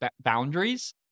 boundaries